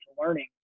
learning